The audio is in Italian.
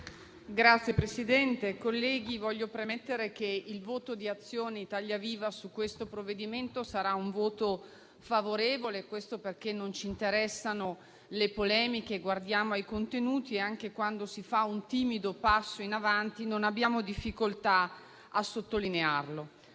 Signor Presidente, colleghi, voglio premettere che il voto di Azione e Italia Viva su questo provvedimento sarà favorevole, perché non ci interessano le polemiche e guardiamo ai contenuti. Anche quando si fa un timido passo in avanti, non abbiamo difficoltà a sottolinearlo.